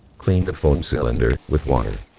clean the foam cylinder with water.